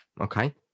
okay